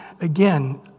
again